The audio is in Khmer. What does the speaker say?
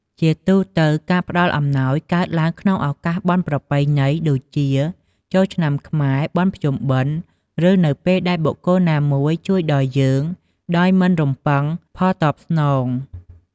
ជាទូទៅ ការផ្ដល់អំណោយកើតឡើងក្នុងឱកាសបុណ្យប្រពៃណី ដូចជាចូលឆ្នាំខ្មែរ បុណ្យភ្ជុំបិណ្ឌ ឬ នៅពេលដែលបុគ្គលណាមួយបានជួយដល់យើងដោយមិនរំពឹងផលតបស្នង។